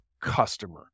customer